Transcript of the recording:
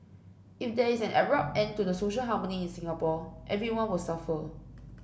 if there is an abrupt end to the social harmony in Singapore everyone will suffer